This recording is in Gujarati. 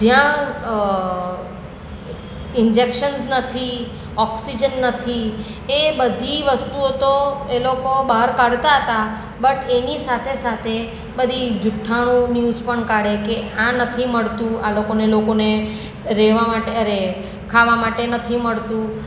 જ્યાં ઇન્જેકશન્સ નથી ઑક્સીજન નથી એ બધી વસ્તુઓ તો એ લોકો બહાર કાઢતા હતા બટ એની સાથે સાથે બધી જુઠ્ઠાણું ન્યૂઝ પણ કાઢે કે આ નથી મળતું આ લોકોને લોકોને રહેવા માટે અરે ખાવા માટે નથી મળતું